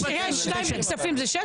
זה שיש לכם שניים בכספים זה שקר?